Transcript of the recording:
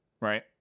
right